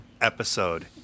episode